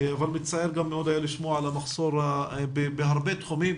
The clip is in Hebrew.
אבל היה מצער מאוד לשמוע על המחסור בהרבה תחומים.